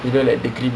change the world